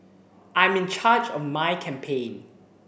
I'm in charge of my campaign